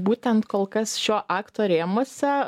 būtent kol kas šio akto rėmuose